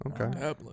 Okay